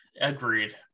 agreed